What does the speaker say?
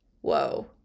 whoa